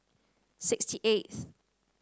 sixty eighth